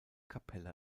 kapelle